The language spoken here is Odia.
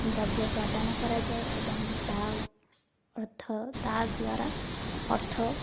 ଦ୍ରବ୍ୟ ପ୍ରଦାନ କରାଯାଏ ଏବଂ ତା' ଅର୍ଥ ତା'ଦ୍ୱାରା ଅର୍ଥ